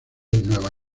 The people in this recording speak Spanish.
nueva